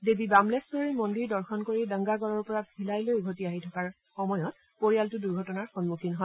দেৱী বাম্নেখৰীৰ মন্দিৰ দৰ্শন কৰি দংগাগড়ৰ পৰা ভিলাইলৈ উভতি আহি থকাৰ সময়ত পৰিয়ালটো দূৰ্ঘটনাৰ সন্মুখীন হয়